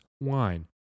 wine